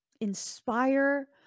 inspire